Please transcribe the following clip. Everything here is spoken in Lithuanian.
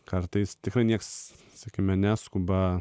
kartais tikrai niekas sakykime neskuba